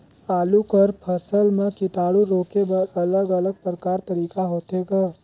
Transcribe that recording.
आलू कर फसल म कीटाणु रोके बर अलग अलग प्रकार तरीका होथे ग?